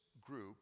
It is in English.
group